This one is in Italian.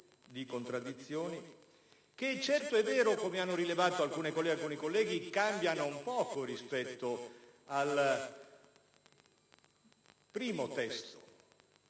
di contraddizioni, che certo è vero, come hanno rilevato alcuni autorevoli colleghi, cambia non poco rispetto al primo testo